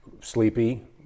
sleepy